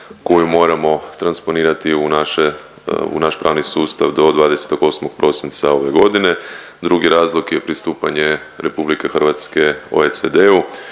koju moramo transponirati u naše, u naš pravni sustav do 28. prosinca ove godine. Drugi razlog je pristupanje RH OECD-u